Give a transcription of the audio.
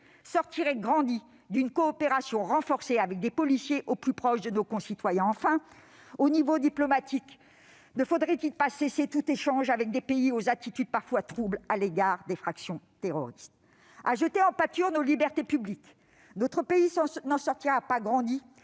sortirait grandi d'une coopération renforcée avec des policiers, au plus proche de nos concitoyens. Enfin, au niveau diplomatique, ne faudrait-il pas cesser tout échange avec des pays dont l'attitude envers les factions terroristes est parfois trouble ? À jeter en pâture nos libertés publiques, notre pays ne sortira pas grandi,